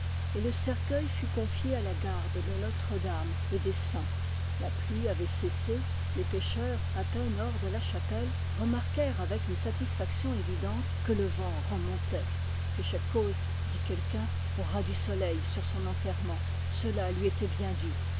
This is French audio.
et le cercueil fut confié à la garde de notre dame et des saints la pluie avait cessé les pêcheurs à peine hors de la chapelle remarquèrent avec une satisfaction évidente que le vent remontait féchec coz dit quelqu'un aura du soleil sur son enterrement cela lui était bien dû